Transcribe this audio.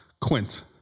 Quint